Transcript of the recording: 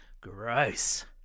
Gross